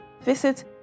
visit